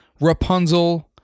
Rapunzel